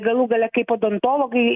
galų gale kaip odontologai